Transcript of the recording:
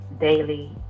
daily